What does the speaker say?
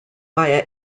via